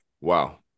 Wow